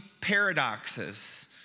paradoxes